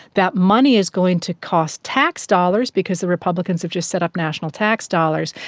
that money is going to cost tax dollars because the republicans have just set up national tax dollars.